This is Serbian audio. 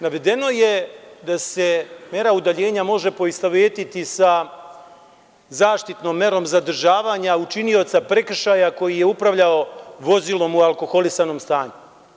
Navedeno je da se mera udaljenja može poistovetiti sa zaštitnom merom zadržavanja učinioca prekršaja koji je upravljao vozilom u alkoholisanom stanju.